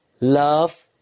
love